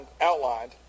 outlined